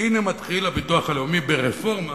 והנה מתחיל הביטוח הלאומי ברפורמה